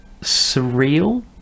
surreal